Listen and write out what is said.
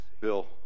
Bill